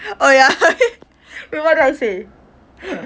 oh ya then what did I say